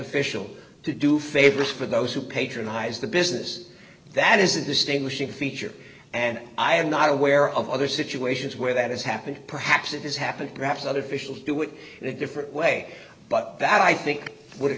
official to do favors for those who patronize the business that is a distinguishing feature and i am not aware of other situations where that has happened perhaps it is happening perhaps other officials do it the different way but that i think w